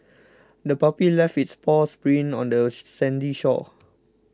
the puppy left its paws prints on the sandy shore